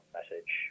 message